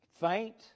faint